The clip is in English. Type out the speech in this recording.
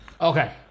Okay